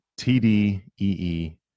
TDEE